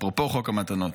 אפרופו חוק המתנות,